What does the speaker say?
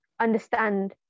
understand